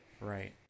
right